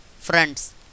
friends